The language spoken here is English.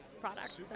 products